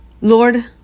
Lord